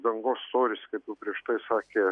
dangos storis kaip jau prieš tai sakė